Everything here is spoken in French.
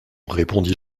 répondit